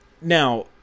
now